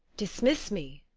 dismiss me!